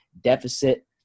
deficit